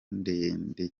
ndende